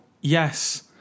Yes